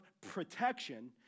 protection